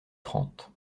trente